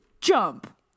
jump